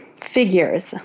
figures